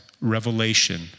revelation